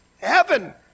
heaven